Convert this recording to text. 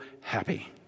happy